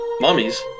Mummies